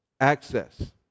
Access